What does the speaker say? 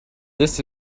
this